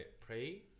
pray